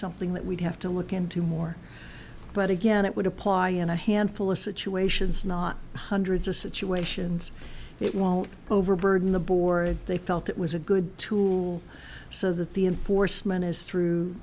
something that we'd have to look into more but again it would apply in a handful of situations not hundreds of situations it won't overburden the board they felt it was a good tool so that the enforcement is through